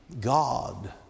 God